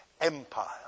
empire